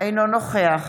אינו נוכח